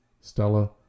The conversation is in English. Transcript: Stella